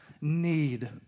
need